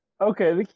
Okay